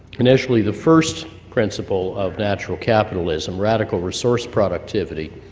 initially the first principle of natural capitalism radical resource productivity.